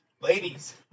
ladies